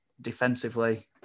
defensively